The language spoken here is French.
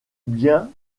bien